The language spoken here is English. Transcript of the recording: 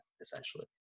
essentially